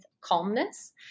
calmness